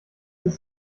ist